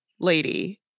lady